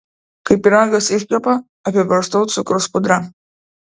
kai pyragas iškepa apibarstau cukraus pudra